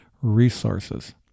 resources